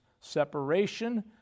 separation